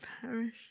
parish